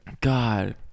God